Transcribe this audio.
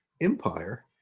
empire